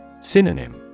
Synonym